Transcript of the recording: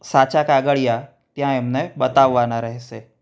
સાચા કાગળીયા ત્યાં એમને બતાવાનાં રહેશે